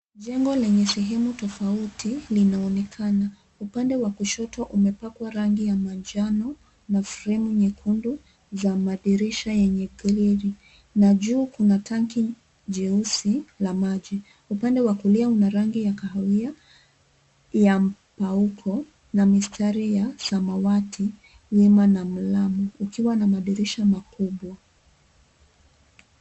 Jengo lenye sehemu tofauti linaonekana ,upande wa kushoto yumepakwa rangi ya manjano na fremu nyekundu za madirisha yenye grili na juu kuna tanki jeusi la maji ,upande wa kulia una rangi ya kahawia pauko na mistari ya samawati nyuma una mlango ukiwa na madirisha makubwa.